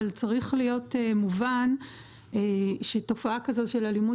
אבל צריך להיות מובן שתופעה כזאת של אלימות